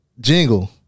jingle